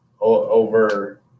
over